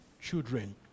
children